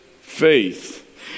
faith